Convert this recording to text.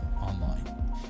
online